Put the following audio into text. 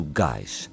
guys